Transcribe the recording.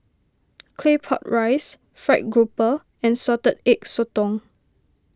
Claypot Rice Fried Grouper and Salted Egg Sotong